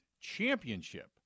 championship